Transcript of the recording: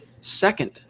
second